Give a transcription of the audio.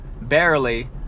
barely